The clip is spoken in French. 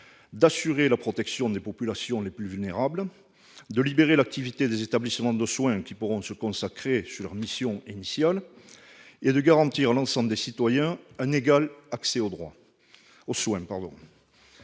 d'assurer la protection des populations les plus vulnérables, de libérer l'activité des établissements de soins, qui pourront se concentrer sur leurs missions initiales, et de garantir à l'ensemble des citoyens un égal accès aux soins.